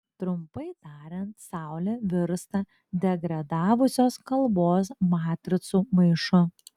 trumpai tariant saulė virsta degradavusios kalbos matricų maišu